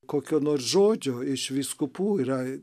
kokio nors žodžio iš vyskupų yra